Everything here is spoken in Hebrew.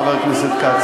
חבר הכנסת כץ.